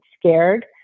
scared